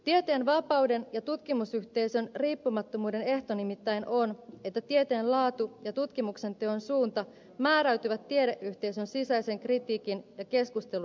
tieteen vapauden ja tutkimusyhteisön riippumattomuuden ehto nimittäin on että tieteen laatu ja tutkimuksenteon suunta määräytyvät tiedeyhteisön sisäisen kritiikin ja keskustelun kautta